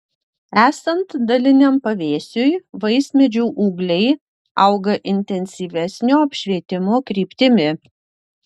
esant daliniam pavėsiui vaismedžių ūgliai auga intensyvesnio apšvietimo kryptimi